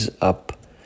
up